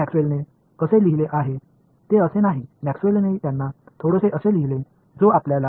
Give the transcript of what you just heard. Maxwell Maxwell's எழுதியது இதுவல்ல Maxwell Maxwell's அவற்றை விரிவாக எழுதினார்